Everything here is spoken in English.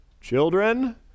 Children